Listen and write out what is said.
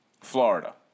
Florida